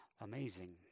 amazing